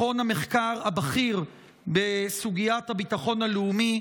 מכון המחקר הבכיר בסוגיית הביטחון הלאומי,